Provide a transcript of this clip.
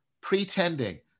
pretending